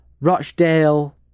Rochdale